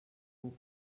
puc